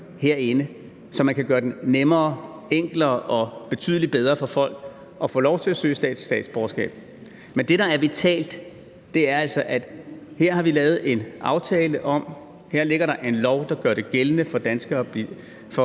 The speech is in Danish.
herinde, så man kan gøre det nemmere, enklere og betydelig bedre for folk at få lov til at søge statsborgerskab, men det, der er vitalt, er altså, at vi her har lavet en aftale, og at der her ligger en lov, der gør det gældende for nydanskere, for